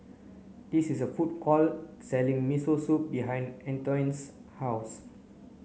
this is a food court selling Miso Soup behind Antione's house